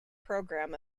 program